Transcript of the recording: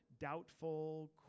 doubtful